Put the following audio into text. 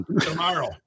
tomorrow